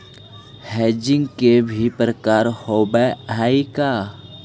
Hedging के भी प्रकार होवअ हई का?